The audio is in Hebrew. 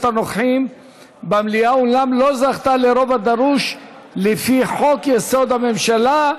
הנוכחים במליאה אולם לא זכתה לרוב הדרוש לפי חוק-יסוד: הממשלה,